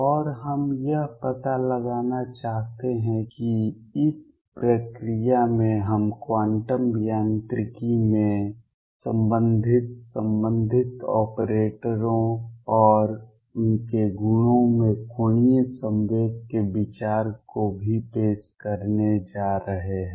और हम यह पता लगाना चाहते हैं कि इस प्रक्रिया में हम क्वांटम यांत्रिकी में संबंधित संबंधित ऑपरेटरों और उनके गुणों में कोणीय संवेग के विचार को भी पेश करने जा रहे हैं